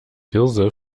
hirse